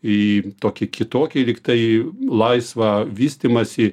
į tokį kitokį lyg tai laisvą vystymąsi